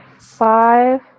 five